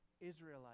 Israelite